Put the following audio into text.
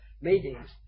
meetings